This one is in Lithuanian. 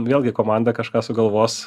vėlgi komanda kažką sugalvos